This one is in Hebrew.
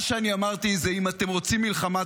מה שאני אמרתי זה: אם אתם רוצים מלחמה,